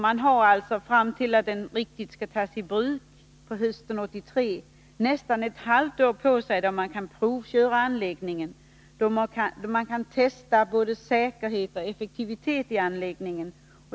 Man har alltså, fram till dess att den skall tas i bruk på hösten 1983, ett halvt år på sig då man kan provköra anläggningen och testa dess säkerhet och effektivitet.